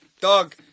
Dog